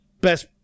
best